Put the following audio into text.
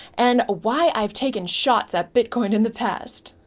and why i've taken shots that bitcoin in the past.